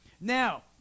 Now